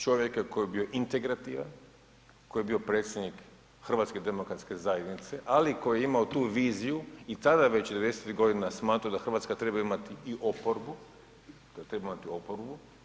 Čovjeka koji je bio integrativan, koji je bio predsjednik HDZ-a, ali i koji je imao tu viziju, i tada već, 90-ih godina je smatrao da Hrvatska treba imati i oporbu, da treba imati i oporbu.